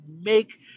make